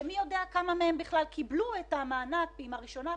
ומי יודע כמה מהם בכלל קיבלו את המענק פעימה ראשונה,